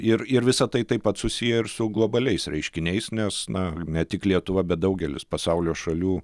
ir ir visa tai taip pat susiję ir su globaliais reiškiniais nes na ne tik lietuva bet daugelis pasaulio šalių